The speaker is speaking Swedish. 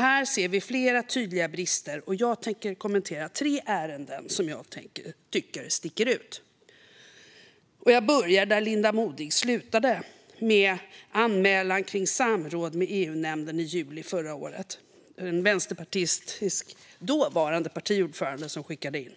Här ser vi flera tydliga brister, och jag tänker kommentera tre ärenden som jag tycker sticker ut. Jag börjar där Linda Modig slutade, med anmälan av samrådet med EU-nämnden i juli förra året. Det var Vänsterpartiets dåvarande partiordförande som gjorde den.